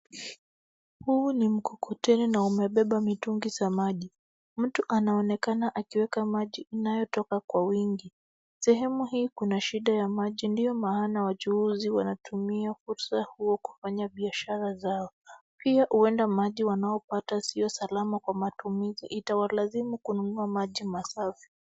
Huu ni mkokoteni na umebeba mitungi za maji. Mtu anaonekana akiweka maji inayotoka kwa wingi. Sehemu hii kuna shida ya maji ndio maana wachuuzi wanatumia fursa huo kufanya biashara zao pia huenda maji wanaopata sio salama kwa matumizi itawalazimu kununua maji masafi.